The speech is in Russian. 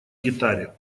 гитаре